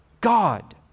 God